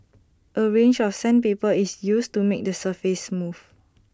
A range of sandpaper is used to make the surface smooth